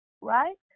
right